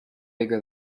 bigger